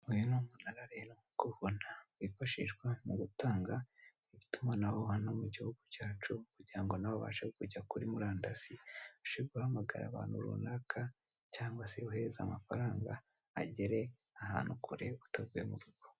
Uyu ni umunara rero nkuko uwubona wifashishwa mu gutanga itumanaho hano mu gihugu cyacu kugira ngo nawe ubashe kujya kuri murandasi ubashe guhamagara abantu runaka cyangwa wohereze amafaranga agera ahantu kure utavuye mu rugo.